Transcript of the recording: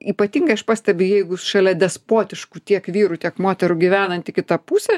ypatingai aš pastebiu jeigu šalia despotiškų tiek vyrų tiek moterų gyvenanti kita pusė